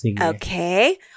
Okay